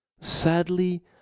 sadly